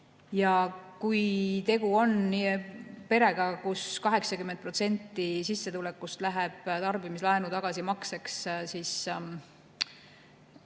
Kui tegu on perega, kus 80% sissetulekust läheb tarbimislaenu tagasimakseks, siis